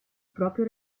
proprio